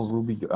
Ruby